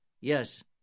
yes